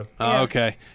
Okay